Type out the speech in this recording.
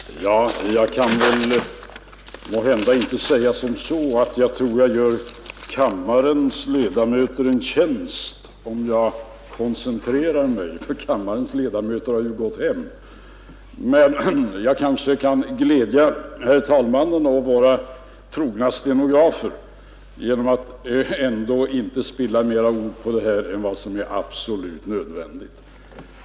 Herr talman! Jag kan måhända inte säga att jag gör kammarens ledamöter en tjänst om jag koncentrerar mig — nästan alla har ju gått hem —, men jag kanske kan glädja herr talmannen och våra trogna stenografer genom att ändå inte spilla mer ord på det här än vad som är absolut nödvändigt.